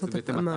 זו התאמה.